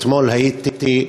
אתמול הייתי,